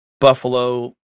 Buffalo